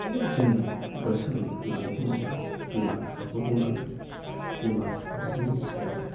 जों बोसोन होननानै बुङोब्ला बिमा बिफाखौ बुंनांगोन बिमा बिफाया जोंनि सायाव